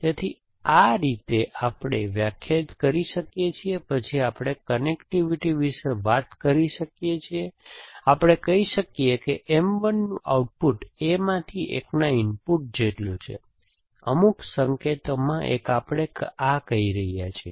આપણે આ રીતે વ્યાખ્યાયિત કરી શકીએ છીએ પછી આપણે કનેક્ટિવિટી વિશે વાત કરી શકીએ છીએ આપણે કહી શકીએ કે M 1 નું આઉટપુટ a માંથી એકના ઇનપુટ જેટલું છે અમુક સંકેતોમાં એક આપણે આ કહી શકીએ છીએ